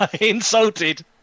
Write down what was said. insulted